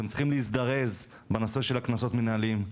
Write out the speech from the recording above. אתם צריכים להזדרז בנושא של הקנסות המנהליים,